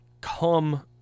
come